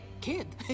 Kid